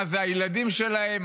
מה זה הילדים שלהם,